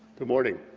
good morning.